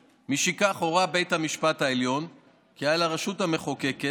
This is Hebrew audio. משכך, הורה בית המשפט העליון כי על הרשות המחוקקת